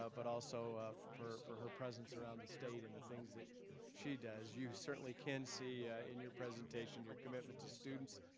ah but also for for her presence around the state and the things that she does. you certainly can see in your presentation, your commitment to students,